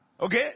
okay